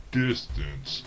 distance